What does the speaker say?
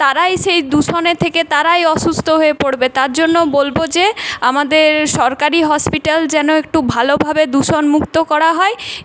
তারাই সেই দূষণের থেকে তারাই অসুস্থ হয়ে পড়বে তার জন্য বলবো যে আমাদের সরকারি হসপিটাল যেন একটু ভালোভাবে দূষণমুক্ত করা হয়